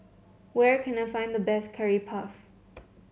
where can I find the best Curry Puff